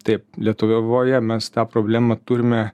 taip lietuvoje mes tą problemą turime